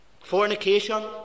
Fornication